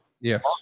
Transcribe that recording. yes